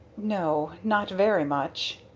no not very much.